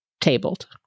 tabled